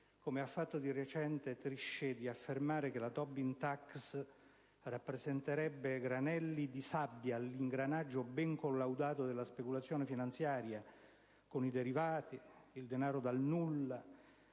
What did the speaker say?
come ha fatto di recente Trichet, di affermare che la Tobin *tax* rappresenterebbe granelli di sabbia all'ingranaggio ben collaudato della speculazione finanziaria, con i derivati e la